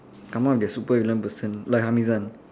come out to be a supervillain person like Hamizan